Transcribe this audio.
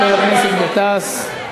חבר הכנסת גטאס.